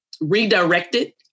redirected